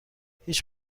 هیچ